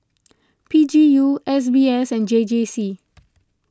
P G U S B S and J J C